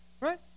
right